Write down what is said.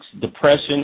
depression